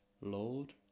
lord